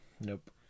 Nope